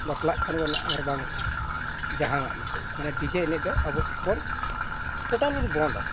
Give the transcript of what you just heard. ᱵᱟᱯᱞᱟᱜ ᱠᱟᱱᱟᱵᱚᱱ ᱟᱨ ᱵᱟᱝ ᱡᱟᱦᱟᱱᱟᱜ ᱜᱮ ᱢᱟᱱᱮ ᱰᱤᱡᱮ ᱮᱱᱮᱡ ᱫᱚ ᱟᱵᱚ ᱵᱚᱱ ᱴᱳᱴᱟᱞ ᱵᱚᱱ ᱵᱚᱱᱫᱷᱼᱟ